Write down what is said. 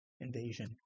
invasion